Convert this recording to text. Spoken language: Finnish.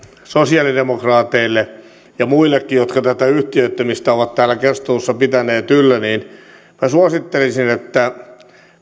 sosialidemokraateille ja muillekin jotka tätä yhtiöittämistä ovat täällä keskustelussa pitäneet yllä minä suosittelisin että